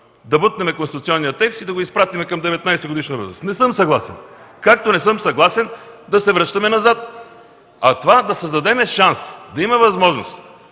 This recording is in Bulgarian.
Да бутнем конституционния текст и да го изпратим към 19-годишна възраст. Не съм съгласен, както и не съм съгласен да се връщаме назад. А това да създадем шанс да има възможност